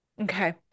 Okay